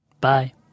Bye